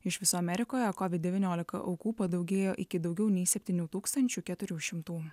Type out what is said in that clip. iš viso amerikoje covid devyniolika aukų padaugėjo iki daugiau nei septynių tūkstančių keturių šimtų